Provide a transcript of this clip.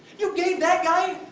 you gave that guy,